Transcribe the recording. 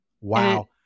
Wow